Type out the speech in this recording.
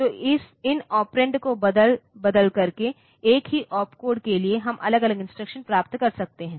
तो इन ऑपरेंड को बदल बदल करके एक ही ओपकोड के लिए हम अलग अलग इंस्ट्रक्शन प्राप्त कर सकते हैं